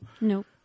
Nope